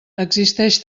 existeix